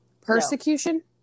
Persecution